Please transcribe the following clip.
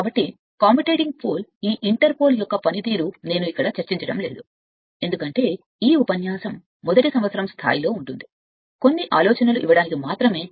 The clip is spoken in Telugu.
కాబట్టి కమ్యుటేటింగ్ పోల్ అని పిలువబడే ఈ ఇంటర్ పోల్ యొక్క పనితీరు నేను ఇక్కడ చర్చించడం లేదు ఎందుకంటే ఈ మొదటి సంవత్సరం స్థాయి కొన్ని ఆలోచనలు ఇవ్వడానికి మాత్రమే